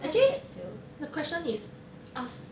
actually the question is ask